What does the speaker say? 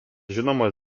žinomas